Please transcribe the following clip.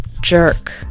jerk